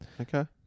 okay